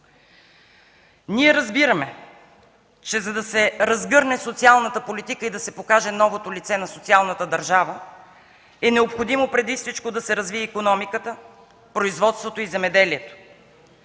Ние разбираме, че, за да се разгърне социалната политика и да се покаже новото лице на социалната държава, е необходимо преди всичко да се развие икономиката, производството и земеделието.